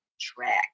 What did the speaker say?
track